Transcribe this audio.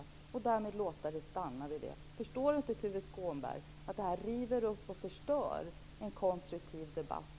Förstår inte Tuve Skånberg att detta förstör en konstruktiv debatt?